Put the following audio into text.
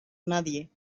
nadie